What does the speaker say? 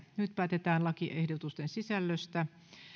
nyt päätetään lakiehdotusten sisällöstä